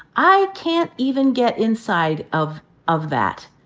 i can't even get inside of of that.